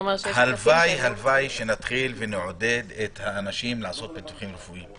הלוואי שנתחיל לעודד את האנשים לעשות ביטוחים רפואיים.